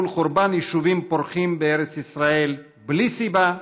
שאט נפש מול חורבן יישובים פורחים בארץ ישראל בלי סיבה,